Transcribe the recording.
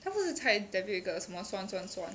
他不是才 debut 一个什么酸酸酸